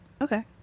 Okay